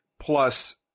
Plus